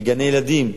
לגני-ילדים,